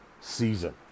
season